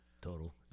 Total